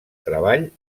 treball